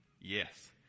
Yes